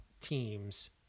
teams